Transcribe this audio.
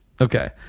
okay